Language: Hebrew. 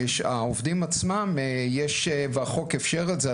העובדים עצמם והחוק איפשר את זה,